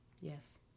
Yes